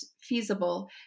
feasible